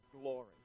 glory